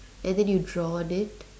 amd then you draw on it